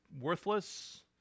worthless